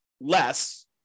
less